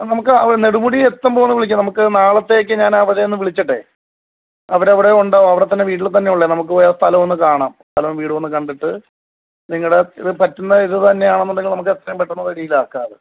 അത് നമുക്ക് നെടുമുടി എത്തുമ്പോൾ ഒന്ന് വിളിക്ക് നമുക്ക് നാളത്തേക്ക് ഞാന് അവരെ ഒന്ന് വിളിച്ചിട്ടെ അവരവിടെ ഉണ്ടാകും അവിടെ തന്നെ വീട്ടില് തന്നെ ഉള്ളതാണ് നമുക്ക് പോയാൽ സ്ഥലമൊന്നു കാണാം സ്ഥലവും വീടുമൊന്ന് കണ്ടിട്ട് നിങ്ങളുടെ പറ്റുന്ന ഇത് തന്നെയാണെന്നുണ്ടെങ്കില് നമുക്കത് എത്രയും പെട്ടെന്നത് ഡീല് ആക്കാം അത്